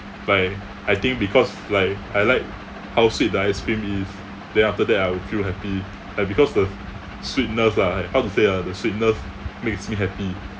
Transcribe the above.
like I think because like I like how sweet the ice cream is then after that I will feel happy like because the sweetness lah how to say ah the sweetness makes me happy